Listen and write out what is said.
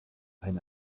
ein